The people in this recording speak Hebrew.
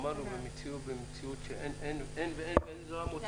אמרנו שזה המוצא